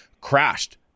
crashed